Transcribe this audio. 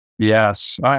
Yes